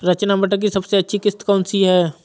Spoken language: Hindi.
रचना मटर की सबसे अच्छी किश्त कौन सी है?